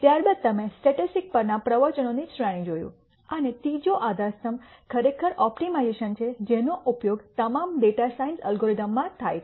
ત્યારબાદ તમે સ્ટેટિસ્ટિક્સ પરના પ્રવચનોની શ્રેણી જોયું અને ત્રીજો આધારસ્તંભ ખરેખર ઓપ્ટિમાઇઝેશન છે જેનો ઉપયોગ તમામ ડેટા સાયન્સ એલ્ગોરિધમ્સમાં થાય છે